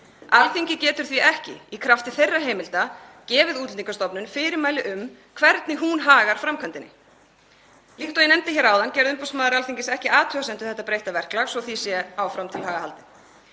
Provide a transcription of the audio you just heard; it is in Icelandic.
Alþingi getur því ekki, í krafti þeirra heimilda, gefið Útlendingastofnun fyrirmæli um hvernig hún hagar framkvæmdinni. Líkt og ég nefndi hér áðan gerði umboðsmaður Alþingis ekki athugasemd við þetta breytta verklag, svo því sé áfram haldið